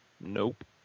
Nope